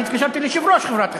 אני התקשרתי ליושב-ראש חברת החשמל,